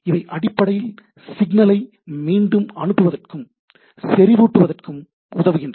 இவை அடிப்படையில் சிக்னலை மீண்டும் அனுப்புவதற்கும் செறிவூட்டுவதற்கும் உதவுகின்றன